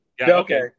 Okay